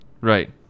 right